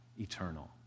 eternal